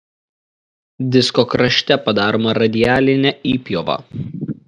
disko krašte padaroma radialinė įpjova